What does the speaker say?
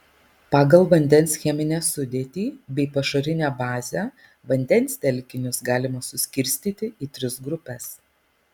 pagal vandens cheminę sudėtį bei pašarinę bazę vandens telkinius galima suskirstyti į tris grupes